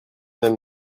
même